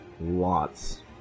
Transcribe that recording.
lots